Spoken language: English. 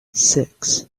six